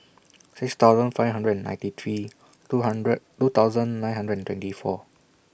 six thousand five hundred and ninety three two hundred two thousand nine hundred and twenty four